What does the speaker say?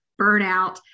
burnout